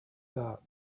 that